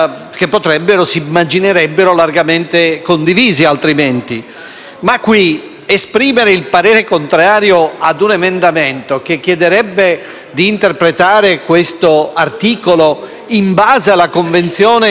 caso, esprimere il parere contrario su un emendamento che chiederebbe di interpretare questo articolo in base alla Convenzione dell'ONU sui diritti dell'infanzia